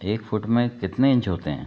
एक फुट में कितने इंच होते हैं